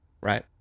Right